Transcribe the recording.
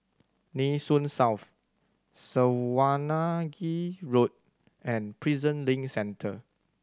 Nee Soon South Swanage Road and Prison Link Centre